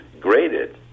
graded